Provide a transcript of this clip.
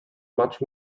much